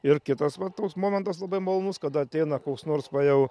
ir kitas va toks momentas labai malonus kada ateina koks nors va jau